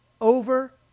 over